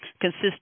consist